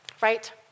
Right